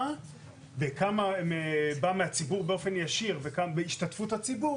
וכמה בא מהציבור באופן ישיר וכמה בהשתתפות הציבור,